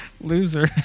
Loser